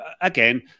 Again